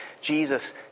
Jesus